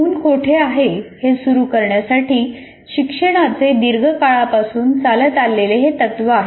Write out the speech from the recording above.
मूल कोठे आहे हे सुरू करण्यासाठी शिक्षणाचे दीर्घ काळापासून चालत आलेले हे तत्व आहे